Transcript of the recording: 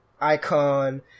icon